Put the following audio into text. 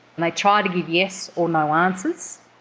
and they try to give yes or no answers,